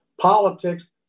politics